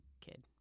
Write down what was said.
kid